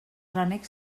renecs